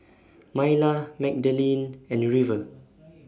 Myla Magdalene and River